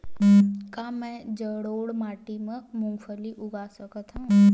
का मैं जलोढ़ माटी म मूंगफली उगा सकत हंव?